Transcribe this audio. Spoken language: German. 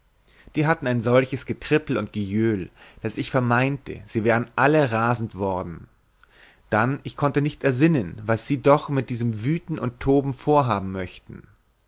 die hatten ein solch getrippel und gejöhl daß ich vermeinte sie wären alle rasend worden dann ich konnte nicht ersinnen was sie doch mit diesem wüten und toben vorhaben möchten